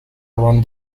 around